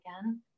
again